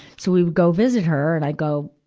so, we would go visit her, and i'd go,